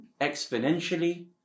exponentially